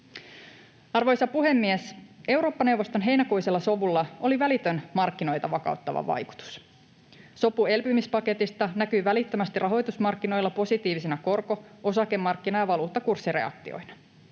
Arvoisa puhemies! Eurooppa-neuvoston heinäkuisella sovulla oli välitön markkinoita vakauttava vaikutus. Sopu elpymispaketista näkyi välittömästi rahoitusmarkkinoilla positiivisina korko-, osakemarkkina- ja valuuttakurssireaktioina.